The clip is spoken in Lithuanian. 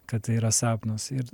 kad tai yra sapnas ir